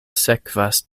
sekvas